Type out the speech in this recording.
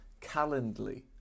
Calendly